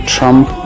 Trump